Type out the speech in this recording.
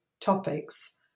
topics